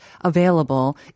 available